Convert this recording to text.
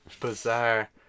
bizarre